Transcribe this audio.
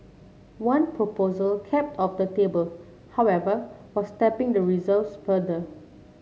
one proposal kept off the table however was tapping the reserves further